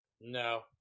No